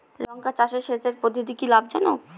লঙ্কা চাষে সেচের কি পদ্ধতি লাভ জনক?